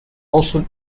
also